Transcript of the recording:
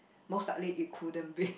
mostly likely it couldn't be